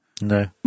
No